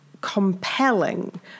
compelling